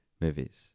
movies